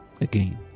Again